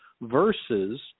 versus